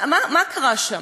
מה קרה שם?